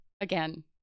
again